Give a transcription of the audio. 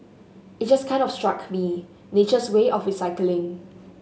it just kind of struck me nature's way of recycling